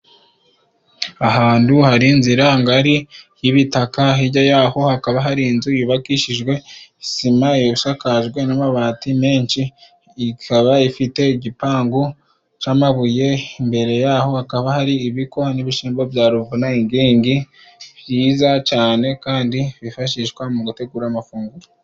Ahantu hari inzira ngari h'ibitaka hijya ya ho hakaba hari inzu yubakishijwe isima yasakajwe n'amabati menshi, ikaba ifite igipangu c'amabuye, imbere ya ho hakaba hari ibiko n'ibishimbo bya ruvuna ingingi byiza cane kandi byifashishwa mu gutegura amafunguro.